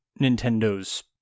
Nintendo's